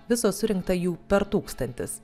viso surinkta jų per tūkstantis